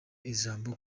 ijambo